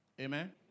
Amen